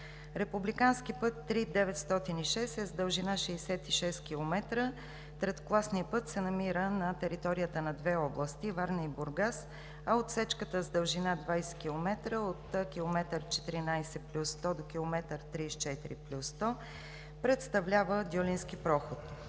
Републиканският път III-906 е с дължина 66 км. Третокласният път се намира на територията на две области – Варна и Бургас, а отсечката с дължина 20 км от км 14+100 до км 34+100 представлява Дюлински проход.